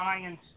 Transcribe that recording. science